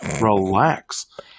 relax